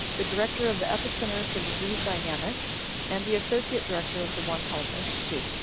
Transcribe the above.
the director of the epicenter for disease dynamics and the associate director of the one health institute.